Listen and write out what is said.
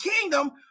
kingdom